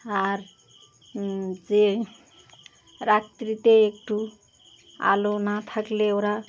আর যে রাত্রিতে একটু আলো না থাকলে ওরা